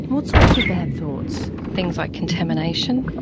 what sorts of bad thoughts? things like contamination,